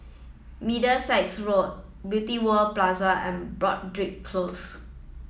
Middlesex Road Beauty World Plaza and Broadrick Close